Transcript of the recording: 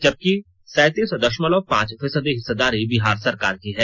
जबकि सैतीस दशमलव पांच फीसदी हिस्सेदारी बिहार सरकार की है